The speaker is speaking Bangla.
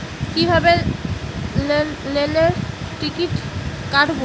কিভাবে রেলের টিকিট কাটব?